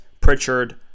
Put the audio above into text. Pritchard